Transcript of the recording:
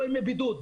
לא ימי בידוד,